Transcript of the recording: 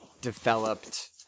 developed